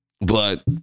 but-